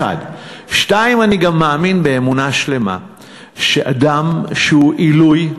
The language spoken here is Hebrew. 2. אני גם מאמין באמונה שלמה שאדם שהוא עילוי,